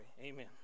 Amen